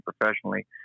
professionally